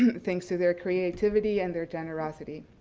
and thanks to their creativity and their generosity.